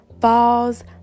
falls